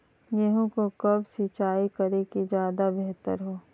गेंहू को कब सिंचाई करे कि ज्यादा व्यहतर हो?